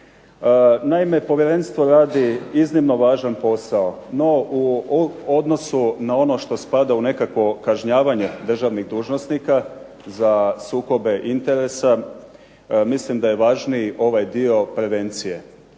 Naime, povjerenstvo radi iznimno važan posao. No u odnosu na ono što spada u nekakvo kažnjavanje državnih dužnosnika za sukobe interesa mislim da je važniji ovaj dio prevencije,